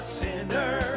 sinner